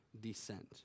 descent